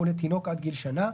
או לתינוק עד גיל שנה,